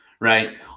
right